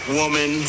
woman